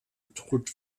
tod